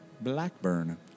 Blackburn